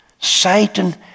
Satan